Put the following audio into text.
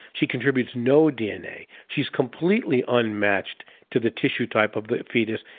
she contributes no dna. she's completely unmatched to the tissue type of the fetus,